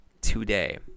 today